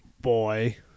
Boy